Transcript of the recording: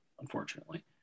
unfortunately